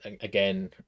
again